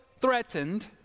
threatened